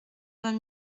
vingt